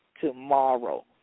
tomorrow